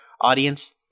audience